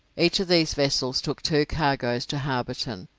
each of these vessels took two cargoes to hobarton,